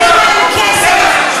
אתם מקבלים מהם כסף.